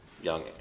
young